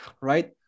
right